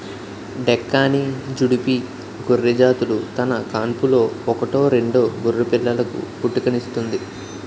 డెక్కాని, జుడిపి గొర్రెజాతులు తన కాన్పులో ఒకటో రెండో గొర్రెపిల్లలకు పుట్టుకనిస్తుంది